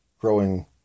growing